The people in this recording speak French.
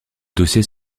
dossier